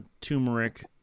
turmeric